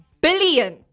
billion